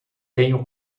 tenho